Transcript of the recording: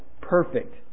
perfect